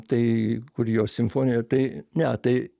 tai kur jo simfonija tai ne tai